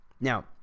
Now